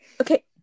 okay